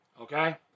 okay